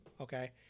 okay